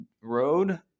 road